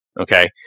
Okay